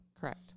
Correct